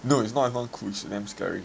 no it's not even cool it's damn scary